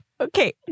okay